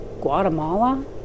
Guatemala